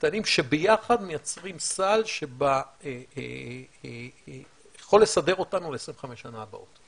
קטנים שביחד מייצרים סל שיכול לסדר אותנו ל-25 השנים הבאות.